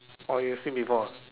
orh you've seen before